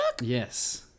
Yes